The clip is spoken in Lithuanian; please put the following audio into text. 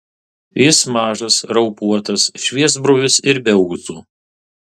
jis mažas raupuotas šviesbruvis ir be ūsų